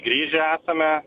grįžę esame